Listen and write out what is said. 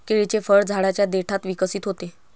केळीचे फळ झाडाच्या देठात विकसित होते